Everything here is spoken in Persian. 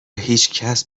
هیچکس